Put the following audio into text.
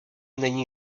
není